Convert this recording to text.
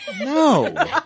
No